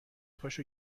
پاشو